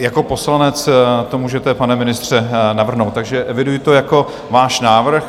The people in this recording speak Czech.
Jako poslanec to můžete, pane ministře, navrhnout, takže eviduji to jako váš návrh.